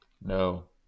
No